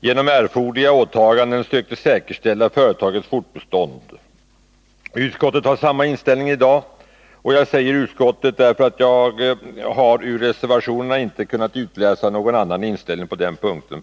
genom erforderliga åtaganden sökte säkerställa företagets fortbestånd. Utskottet har samma inställning i dag. Jag säger ”utskottet”, eftersom jag inte heller i reservationerna har kunnat utläsa någon annan inställning på den punkten.